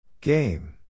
Game